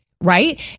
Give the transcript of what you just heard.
Right